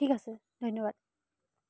ঠিক আছে ধন্যবাদ